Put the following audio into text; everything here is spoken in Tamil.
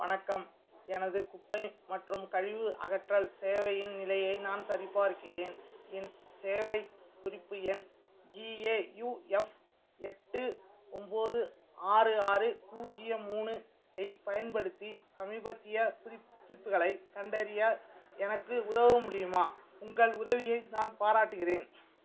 வணக்கம் எனது குப்பை மற்றும் கழிவு அகற்றல் சேவையின் நிலையை நான் சரிபார்க்கிறேன் என் சேவை குறிப்பு எண் ஜிஏயுஎஃப் எட்டு ஒன்போது ஆறு ஆறு பூஜ்யம் மூணு ஐ பயன்படுத்தி சமீபத்திய குறிப்புகளை கண்டறிய எனக்கு உதவ முடியுமா உங்கள் உதவியை நான் பாராட்டுகிறேன்